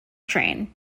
train